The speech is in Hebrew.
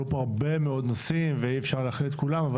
עלו פה הרבה מאוד נושאים ואי אפשר להכיל את כולם.